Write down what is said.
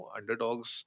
Underdogs